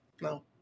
No